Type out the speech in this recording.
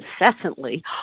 incessantly